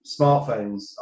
smartphones